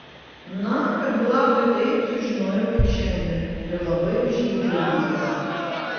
na kad vladui taip sužinojau tik šiandien ir labai už jį džiaugiuosi